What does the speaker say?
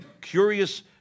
curious